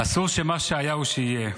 אסור שמה שהיה הוא שיהיה.